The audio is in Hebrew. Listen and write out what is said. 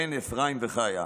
בן אפרים וחיה,